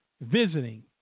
visiting